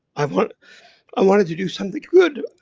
i want i wanted to do something good.